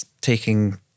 taking